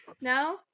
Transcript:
No